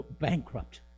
bankrupt